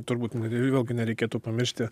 turbūt ir vėlgi nereikėtų pamiršti